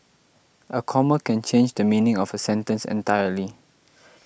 a comma can change the meaning of a sentence entirely